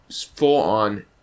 full-on